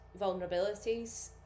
vulnerabilities